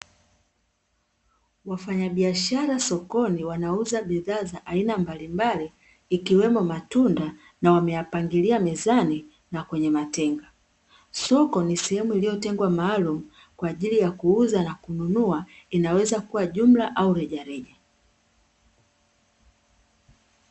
Wafanyabiashara sokoni wanauza bidhaa za aina mbalimbali ikiwemo matunda na wameyapangilia mezani na kwenye matenga. Soko ni sehemu iliyotengwa maalumu kwa ajili ya kuuza na kununua inaweza kuwa jumla au rejareja.